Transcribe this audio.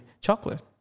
chocolate